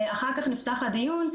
אחר כך נפתח הדיון,